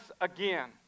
again